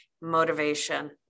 motivation